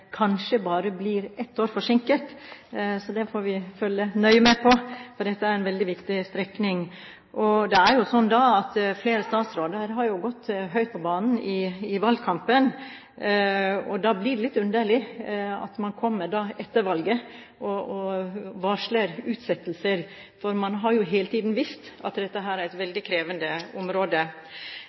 kanskje bare blir ett år forsinket. Det får vi følge nøye med på, for dette er en veldig viktig strekning. Det er jo sånn at flere statsråder har gått høyt på banen i valgkampen. Da blir det litt underlig at man kommer etter valget og varsler utsettelser, for man har jo hele tiden visst at dette er et veldig krevende område.